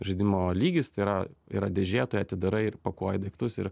žaidimo lygis tai yra yra dėžė tu ją atidarai ir pakuoji daiktus ir